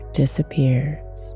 disappears